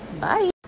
Bye